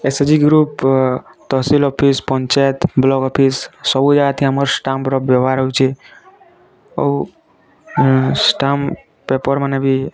S H G group tehsil office panchayat block office ସବୁ ଜାଗାଠି ଆମର ଷ୍ଟାମ୍ପର ବ୍ୟବହାର ହଉଛି ଆଉ ଷ୍ଟାମ୍ପ ପେପର ମାନେ ବି